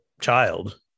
child